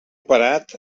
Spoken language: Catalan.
parat